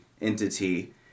entity